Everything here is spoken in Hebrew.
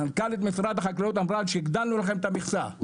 מנכ"לית משרד החקלאות אמרה שהגדלנו לכם את המכסה,